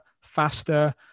faster